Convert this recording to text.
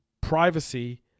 privacy